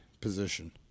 position